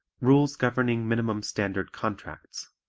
rules governing minimum standard contracts